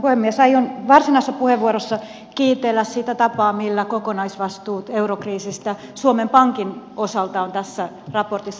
aion varsinaisessa puheenvuorossa kiitellä sitä tapaa millä kokonaisvastuut eurokriisistä suomen pankin osalta on tässä raportissa raportoitu